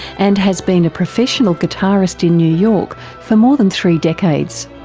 and has been a professional guitarist in new york for more than three decades.